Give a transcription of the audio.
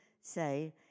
say